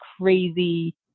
crazy